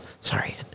Sorry